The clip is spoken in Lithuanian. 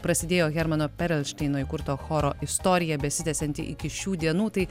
prasidėjo hermano perelšteino įkurto choro istorija besitęsianti iki šių dienų tai